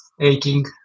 aching